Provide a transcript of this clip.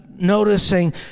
noticing